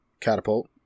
Catapult